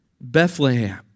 Bethlehem